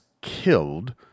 killed